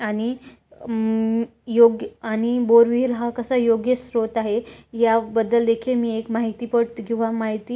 आणि योग् आणि बोरविहीर हा कसा योग्य स्रोत आहे याबद्दल देखील मी एक माहिती पट किंवा माहिती